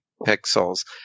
pixels